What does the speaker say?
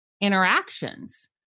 interactions